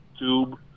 tube